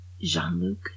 Jean-Luc